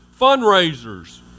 fundraisers